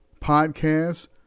Podcasts